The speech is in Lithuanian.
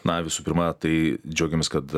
na visų pirma tai džiaugiamės kad